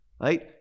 right